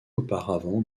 auparavant